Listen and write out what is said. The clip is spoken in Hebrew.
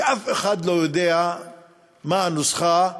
ואף אחד לא יודע מה הנוסחה,